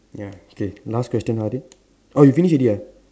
ya okay last question Harid oh you finish already ah